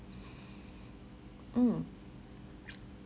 mm